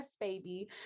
baby